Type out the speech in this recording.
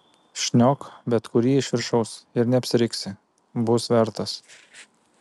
šniok bet kurį iš viršaus ir neapsiriksi bus vertas